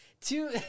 two